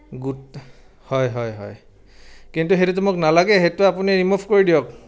good হয় হয় হয় কিন্তু সেইটোতো মোক নালাগে সেইটো আপুনি ৰিমভ কৰি দিয়ক